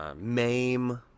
Mame